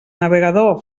navegador